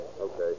okay